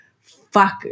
fuck